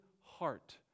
heart